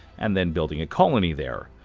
and then building a colony there.